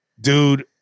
Dude